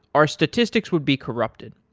our statistics would be corrupted.